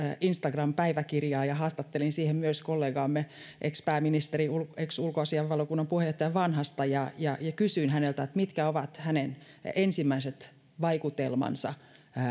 instagram päiväkirjaa ja haastattelin siihen myös kollegaamme ex pääministeri ulkoasiainvaliokunnan puheenjohtaja vanhasta ja ja kysyin häneltä mitkä ovat hänen ensimmäiset vaikutelmansa